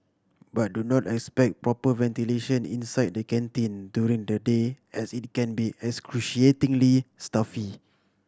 but do not expect proper ventilation inside the canteen during the day as it can be excruciatingly stuffy